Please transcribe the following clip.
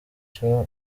cyo